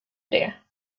det